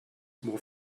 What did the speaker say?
more